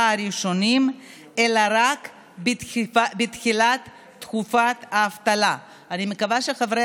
הראשונים אלא רק בתחילת תקופת האבטלה אני מקווה שחברי